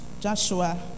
Joshua